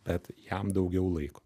bet jam daugiau laiko